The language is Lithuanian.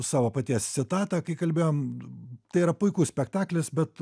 savo paties citatą kai kalbėjom tai yra puikus spektaklis bet